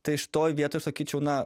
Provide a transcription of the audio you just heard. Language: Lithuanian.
tai šitoj vietoj sakyčiau na